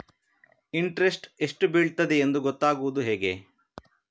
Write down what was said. Interest ಎಷ್ಟು ಬೀಳ್ತದೆಯೆಂದು ಗೊತ್ತಾಗೂದು ಹೇಗೆ?